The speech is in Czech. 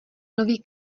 nový